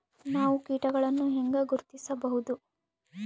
ನಾವು ಕೇಟಗಳನ್ನು ಹೆಂಗ ಗುರ್ತಿಸಬಹುದು?